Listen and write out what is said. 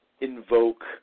invoke